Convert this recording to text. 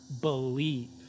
Believe